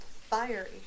fiery